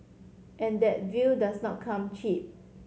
and that view does not come cheap